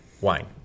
Wine